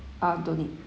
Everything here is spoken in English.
ah don't need